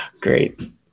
Great